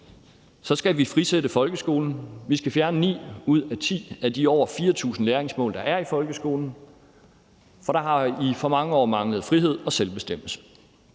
skal vi frisætte folkeskolen. Vi skal fjerne ni ud af ti af de over 4.000 læringsmål, der er i folkeskolen, for der har i for mange år manglet frihed og selvbestemmelse.